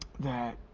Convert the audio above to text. that